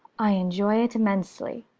i enjoy it immensely.